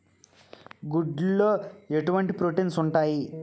గుడ్లు లో ఎటువంటి ప్రోటీన్స్ ఉంటాయి?